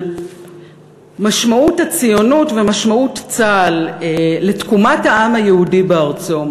משמעות הציונות ומשמעות צה"ל לתקומת העם היהודי בארצו.